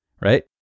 right